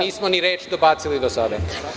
Mi nismo ni reč dobacili do sada.